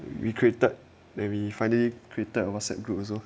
we created maybe friday created a whatsapp group also